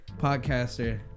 podcaster